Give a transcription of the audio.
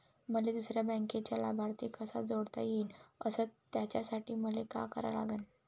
मले दुसऱ्या बँकेचा लाभार्थी कसा जोडता येईन, अस त्यासाठी मले का करा लागन?